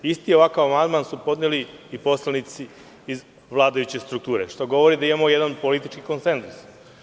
Isti ovakav amandman su podneli i poslanici iz vladajuće strukture, što govori da imamo jedan politički konzenzus.